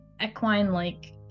equine-like